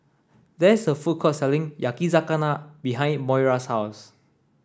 there is a food court selling Yakizakana behind Moira's house